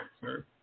sir